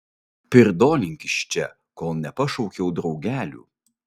pirdolink iš čia kol nepašaukiau draugelių